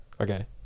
Okay